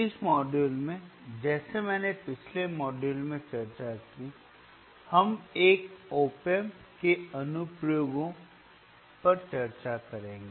इस मॉड्यूल में जैसे मैंने पिछले मॉड्यूल में चर्चा की हम एक ओप एम्प के अनुप्रयोग पर चर्चा करेंगे